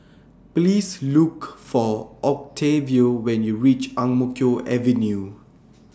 Please Look For Octavio when YOU REACH Ang Mo Kio Avenue